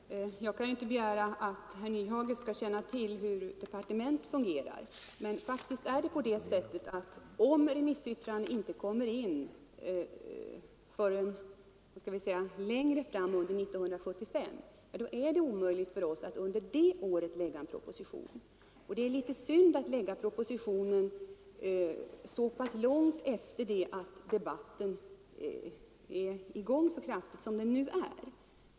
Herr talman! Jag kan inte begära att herr Nyhage skall känna till hur ett departement fungerar, men faktiskt är det så att om remissyttranden inte kommer in förrän längre fram under 1975 är det omöjligt för oss att under det året lägga fram en proposition. Och det vore synd att dröja med de politiska ställningstagandena alltför långt efter det att SIA-förslagen debatterats så kraftigt som nu.